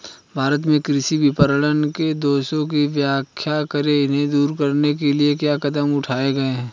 भारत में कृषि विपणन के दोषों की व्याख्या करें इन्हें दूर करने के लिए क्या कदम उठाए गए हैं?